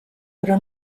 però